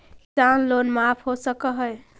किसान लोन माफ हो सक है?